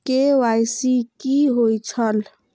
KYC कि होई छल?